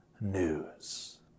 news